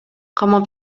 камап